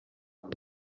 horse